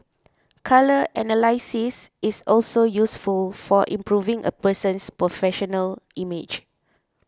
colour analysis is also useful for improving a person's professional image